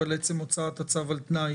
אבל עצם הוצאת הצו על תנאי